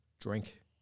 drink